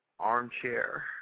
armchair